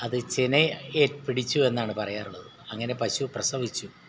അത് ചെനയിൽ പിടിച്ചു എന്നാണ് പറയാറുള്ളത് അങ്ങനെ പശു പ്രസവിച്ചു